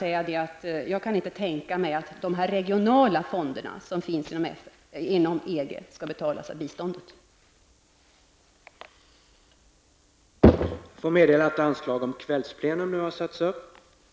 Jag kan inte tänka mig att dessa regionala fonder som finns inom EG skall betalas av biståndsanslaget.